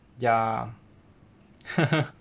ya